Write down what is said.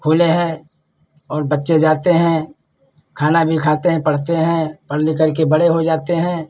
खुले हैं और बच्चे जाते हैं खाना भी खाते हैं पढ़ते हैं पढ़ लिख करके बड़े हो जाते हैं